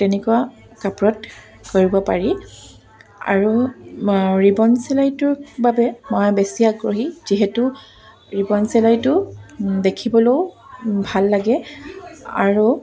তেনেকুৱা কাপোৰত কৰিব পাৰি আৰু ৰিবন চিলাইটোৰ বাবে মই বেছি আগ্ৰহী যিহেতু ৰিবন চিলাইটো দেখিবলৈও ভাল লাগে আৰু